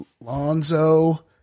Lonzo